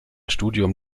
studium